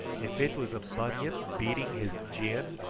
if it was a bunyip beating his gin,